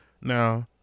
Now